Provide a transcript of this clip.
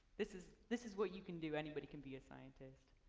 this is this is what you can do, anybody can be a scientist,